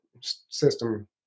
system